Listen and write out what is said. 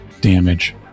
damage